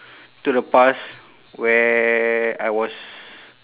to the past where I was